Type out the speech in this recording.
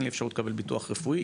אין לי אפשרות לקבל ביטוח רפואי.